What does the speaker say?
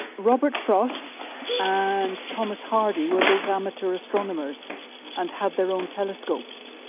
robert frost and thomas hardy were both amateur astronomers and had their own telescopes,